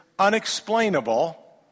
unexplainable